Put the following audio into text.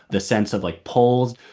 the sense of, like, polls,